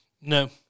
no